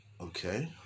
Okay